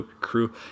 crew